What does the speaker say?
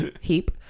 heap